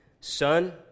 Son